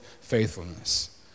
faithfulness